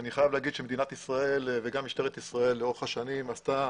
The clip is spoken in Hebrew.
אני חייב להגיד שמדינת ישראל וגם משטרת ישראל לאורך השנים עשתה